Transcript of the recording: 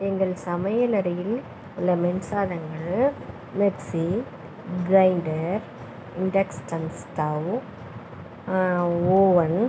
எங்கள் சமையல் அறையில் உள்ள மின்சாதனங்கள் mixie grinder induction stove oven